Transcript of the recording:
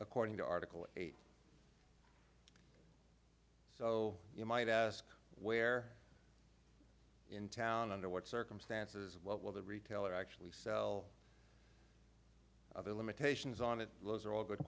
according to article eight so you might ask where in town under what circumstances what will the retailer actually sell the limitations on it those are all good